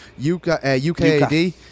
UKAD